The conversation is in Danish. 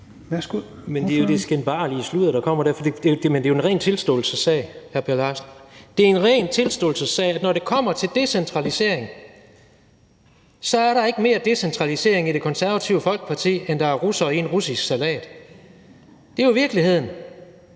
Men det er jo det skinbarlige sludder, der kommer der. Det er en ren tilståelsessag, vil jeg sige til hr. Per Larsen. Det er en ren tilståelsessag, at når det kommer til decentralisering, så er der ikke mere decentralisering i Det Konservative Folkeparti, end der er russere i en russisk salat. Det er jo virkeligheden.